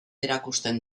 erakusten